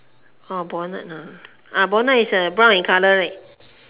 orh bonnet ah bonnet is uh brown in colour right